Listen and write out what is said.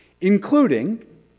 including